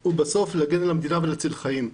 הוא בסוף להגן על המדינה ולהציל חיים.